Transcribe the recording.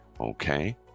okay